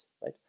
right